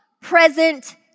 present